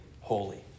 holy